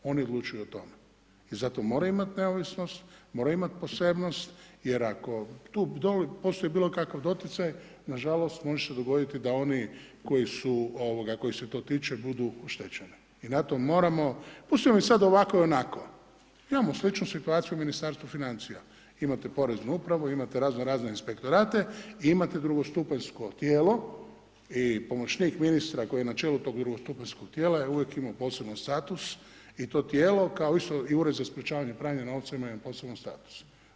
Ono odlučuju o tome. i zato moraju imati neovisnost, moraju imati posebnost jer ako tu postoji bilokakav doticaj, nažalost može se dogoditi da oni kojih se to tiče budu oštećeni i na tom moramo, pustimo sada ovako, onako, imamo sličnu situaciju u Ministarstvu financija, imate poreznu upravu, imate raznorazne inspektorate i imate drugostupanjsko tijelo i pomoćnik ministra koji je na čelu tog drugostupanjskog tijela je uvijek imao poseban status i to tijelo kao isto i Ured za sprečavanje pranja novca ima jedan poseban status.